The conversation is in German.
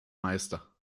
meister